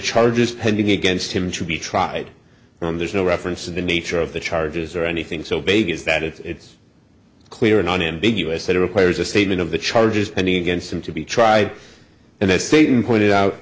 charges pending against him to be tried there's no reference to the nature of the charges or anything so baby is that it's clear and unambiguous that it requires a statement of the charges pending against him to be tried in a state and pointed out